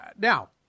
Now